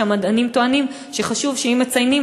כשהמדענים טוענים שחשוב שאם מציינים,